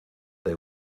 they